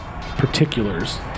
particulars